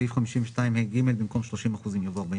אחרי סעיף 52ה(א)(3) יבוא "(4)